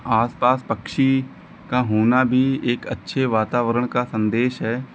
आसपास पक्षी का होना भी एक अच्छे वातावरण का संदेश है